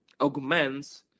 augments